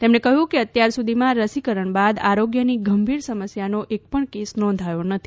તેમણે કહ્યું કે અત્યાર સુધીમાં રસીકરણ બાદ આરોગ્યની ગંભીર સમસ્યાનો એકપણ કેસ નોંધાયો નથી